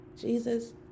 Jesus